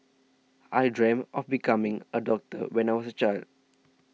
I dreamt of becoming a doctor when I was a child